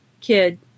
kid